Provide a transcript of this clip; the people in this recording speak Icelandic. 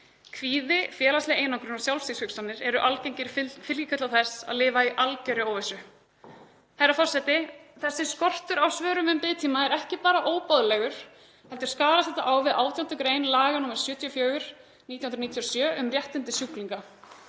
Kvíði, félagsleg einangrun og sjálfsvígshugsanir eru algengir fylgikvillar þess að lifa í algerri óvissu. Herra forseti. Þessi skortur á svörum um biðtíma er ekki bara óboðlegur heldur skarast þetta á við 18. gr. laga nr. 74/1997, um réttindi sjúklinga,